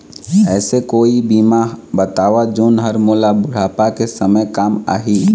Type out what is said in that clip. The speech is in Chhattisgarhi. ऐसे कोई बीमा बताव जोन हर मोला बुढ़ापा के समय काम आही?